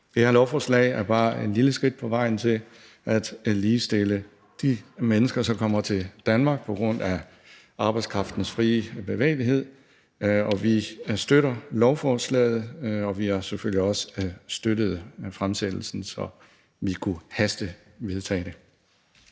Det her lovforslag er bare et lille skridt på vejen til at ligestille de mennesker, som kommer til Danmark på grund af arbejdskraftens frie bevægelighed, og vi støtter lovforslaget, og vi har selvfølgelig også støttet fremsættelsen, så vi kunne hastevedtage det.